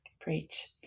Preach